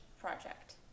project